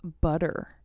butter